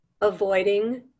avoiding